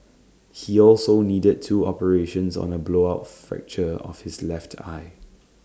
he also needed two operations on A blowout fracture of his left eye